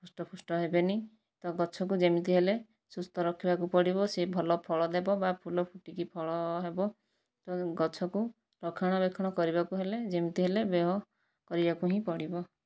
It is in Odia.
ହୃଷ୍ଟପୁଷ୍ଟ ହେବେନାହିଁ ତ ଗଛକୁ ଯେମିତି ହେଲେ ସୁସ୍ଥ ରଖିବାକୁ ପଡ଼ିବ ସିଏ ଭଲ ଫଳ ଦେବ ବା ଫୁଲ ଫୁଟିକି ଫଳ ହେବ ତ ଗଛକୁ ରକ୍ଷଣାବେକ୍ଷଣ ରଖିବାକୁ ହେଲେ ଯେମିତି ହେଲେ ବ୍ୟୟ କରିବାକୁ ହିଁ ପଡ଼ିବ